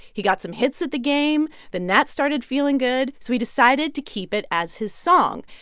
he got some hits at the game. the nats started feeling good, so he decided to keep it as his song.